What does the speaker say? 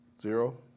zero